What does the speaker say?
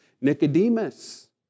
Nicodemus